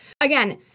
again